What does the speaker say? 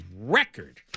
record